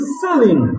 selling